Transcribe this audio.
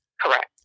Correct